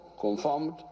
confirmed